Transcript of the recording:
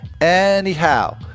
Anyhow